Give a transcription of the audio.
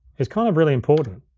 is kind of really important.